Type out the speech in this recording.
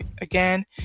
again